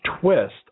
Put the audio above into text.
twist